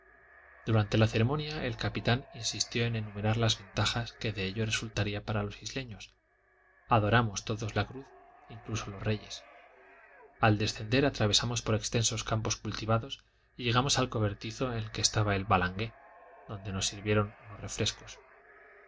durante la ceremonia el capitán insistió en enumerar las ventajas que de ello resultarían para los isleños adoramos todos la cruz incluso los reyes al descender atravesamos por extensos campos cultivados y llegamos al cobertizo en que estaba el balangué donde nos sirvieron unos refrescos